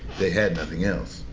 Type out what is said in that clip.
they had nothing else.